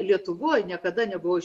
lietuvoj niekada nebuvau